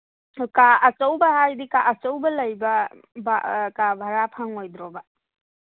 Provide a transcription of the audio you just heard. ꯀꯥ ꯑꯆꯧꯕ ꯍꯥꯏꯗꯤ ꯀꯥ ꯑꯆꯧꯕ ꯂꯩꯕ ꯀꯥ ꯚꯔꯥ ꯐꯪꯉꯣꯏꯗ꯭ꯔꯣꯕ